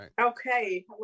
Okay